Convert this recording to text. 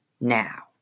now